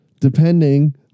Depending